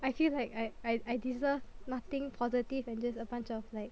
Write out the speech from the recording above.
I feel like I I I deserve nothing positive and just a bunch of like